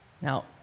Now